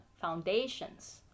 foundations